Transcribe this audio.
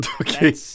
Okay